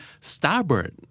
starboard